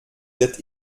wird